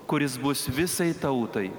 kuris bus visai tautai